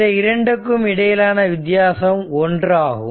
இந்த இரண்டுக்கும் இடையிலான வித்தியாசம் 1 ஆகும்